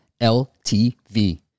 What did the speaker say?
LTV